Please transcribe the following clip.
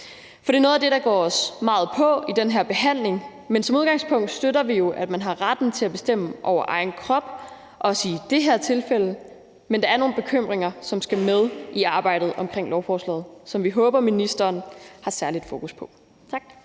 for det er noget af det, der går os meget på i den her behandling. Men som udgangspunkt støtter vi jo, at man har retten til at bestemme over egen krop også i det her tilfælde, men der er nogle bekymringer, som skal med i arbejdet omkring lovforslaget, og som vi håber ministeren har særlig fokus på.